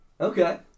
Okay